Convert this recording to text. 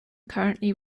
currently